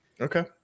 Okay